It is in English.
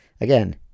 Again